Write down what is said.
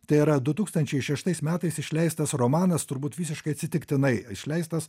tai yra du tūkstančiai šeštais metais išleistas romanas turbūt visiškai atsitiktinai išleistas